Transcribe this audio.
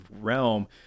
realm